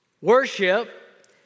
Worship